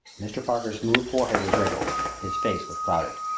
mr. parker's smooth forehead was wrinkled his face was clouded.